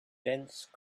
dense